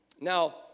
Now